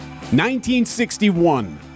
1961